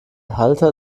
halter